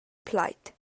plaid